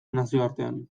nazioartean